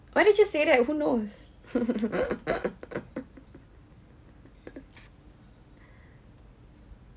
why did you say that who knows